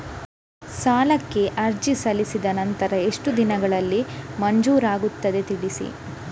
ಸಾಲಕ್ಕೆ ಅರ್ಜಿ ಸಲ್ಲಿಸಿದ ನಂತರ ಎಷ್ಟು ದಿನಗಳಲ್ಲಿ ಮಂಜೂರಾಗುತ್ತದೆ ತಿಳಿಸಿ?